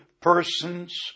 persons